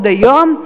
עוד היום.